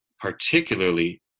particularly